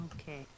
Okay